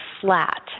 flat